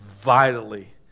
vitally